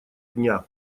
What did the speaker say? дня